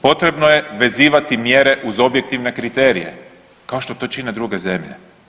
Potrebno je vezivati mjere uz objektivne kriterije kao što to čine druge zemlje.